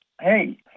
Hey